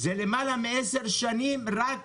זה יותר מעשר שנים, רק